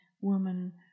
woman